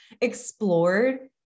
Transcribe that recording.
explored